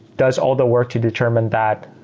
does all the work to determine that,